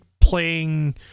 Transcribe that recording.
playing